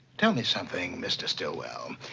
tell me something, mr. stillwell.